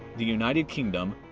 the united kingdom,